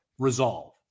Resolve